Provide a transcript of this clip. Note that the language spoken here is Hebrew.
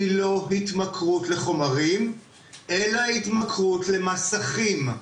היא לא התמכרות לחומרים אלא התמכרות למסכים,